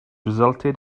resulted